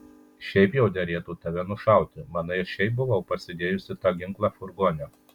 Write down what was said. šiaip jau derėtų tave tiesiog nušauti manai aš šiaip buvau pasidėjusi tą ginklą furgone